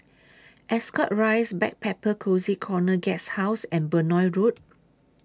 Ascot Rise Backpacker Cozy Corner Guesthouse and Benoi Road